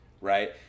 Right